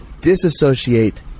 disassociate